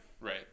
Right